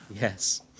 Yes